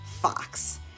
Fox